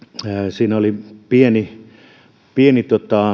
siinä oli pieni pieni